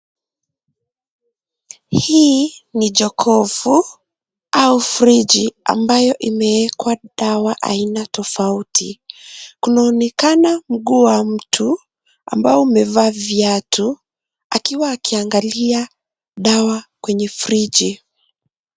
Hii ni jokofu au friji ambayo imewekwa dawa aina tofauti. Kunaonekana mguu wa mtu ambao umevaa viatu akiwa akiangalia dawa kwenye friji.